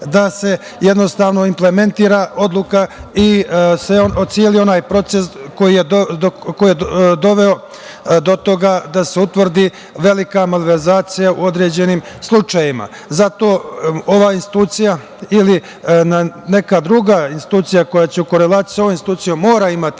da se jednostavno implementira odluka i ceo onaj proces koji je doveo do toga da se utvrdi velika malverzacija u određenim slučajevima. Zato ova institucija ili neka druga institucija koja je u korelaciji sa ovom institucijom mora imati